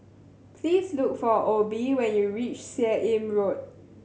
please look for Obe when you reach Seah Im Road